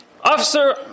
officer